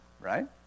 right